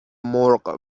مرغ